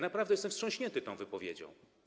Naprawdę jestem wstrząśnięty tą wypowiedzią.